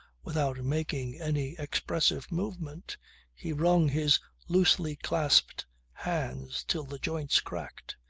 without making any expressive movement he wrung his loosely-clasped hands till the joints cracked.